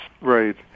Right